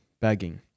begging